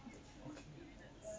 okay